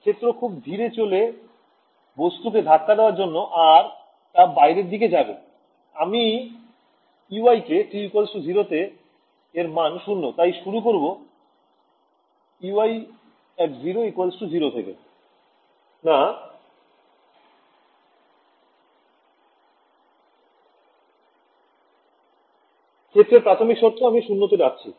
ক্ষেত্রের প্রাথমিক শর্ত আমি ০ তে রাখছি